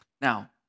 Now